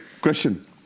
question